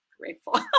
grateful